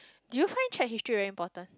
do you find check history very important